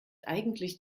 eigentlich